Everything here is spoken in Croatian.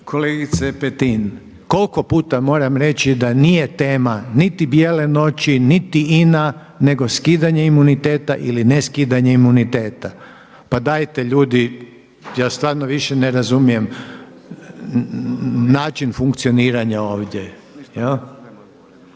Kolegice Petin, koliko puta moram reći da nije tema niti bijele noći, niti INA nego skidanje imuniteta ili ne skidanje imuniteta. Pa dajte ljudi, ja stvarno više ne razumijem način funkcioniranja ovdje.